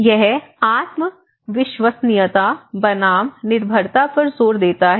यह आत्म विश्वसनीयता बनाम निर्भरता पर जोर देता है